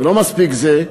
ולא מספיק זה,